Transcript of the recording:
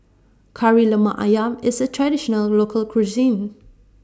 Kari Lemak Ayam IS A Traditional Local Cuisine